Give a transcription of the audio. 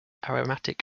aromatic